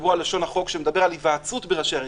דיברו על לשון החוק שמדבר על היוועצות בראשי הערים.